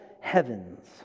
heavens